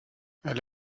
elle